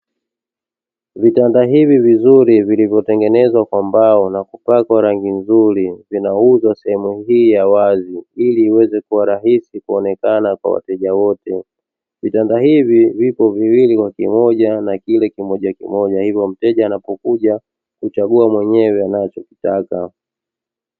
Vitanda hivi vizuri vilivyotengenezwa kwa mbao na kupakwa rangi nzuri zinauzwa sehemu hii ya wazi ili iweze kuwa rahisi kuonekana kwa wateja wote. Vitanda hivi vipo viwili kwa kimoja na kile kimoja kimoja hivyo mteja anapokuja huchagua mwenyewe anachokitaka.